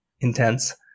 Intense